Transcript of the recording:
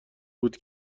بود